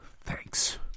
thanks